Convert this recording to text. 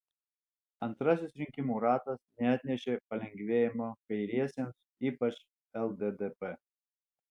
antrasis rinkimų ratas neatnešė palengvėjimo kairiesiems ypač lddp